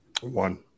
One